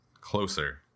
closer